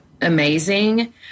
amazing